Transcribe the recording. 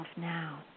now